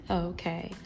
okay